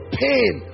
pain